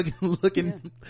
looking